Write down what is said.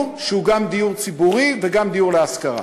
שהוא גם דיור ציבורי וגם דיור להשכרה.